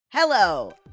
Hello